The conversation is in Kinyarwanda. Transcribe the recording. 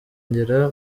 ngera